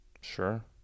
Sure